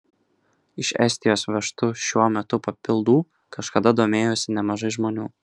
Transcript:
iš estijos vežtu šiuo maisto papildu kažkada domėjosi nemažai žmonių